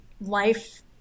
life